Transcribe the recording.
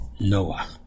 Noah